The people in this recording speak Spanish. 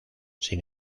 sin